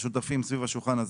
השותפים סביב השולחן הזה.